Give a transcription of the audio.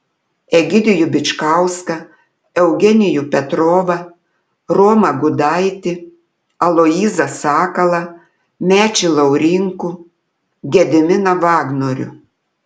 egidijų bičkauską eugenijų petrovą romą gudaitį aloyzą sakalą mečį laurinkų gediminą vagnorių